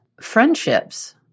friendships